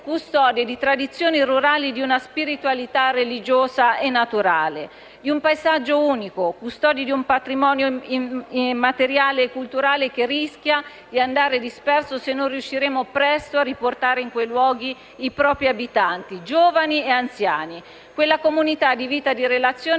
custode di tradizioni rurali e di una spiritualità religiosa e naturale, di un paesaggio unico; custode di un patrimonio immateriale e culturale che rischia di andare disperso se non riusciremo presto a riportare in quei luoghi i propri abitanti, giovani e anziani. Quella comunità di vita di relazione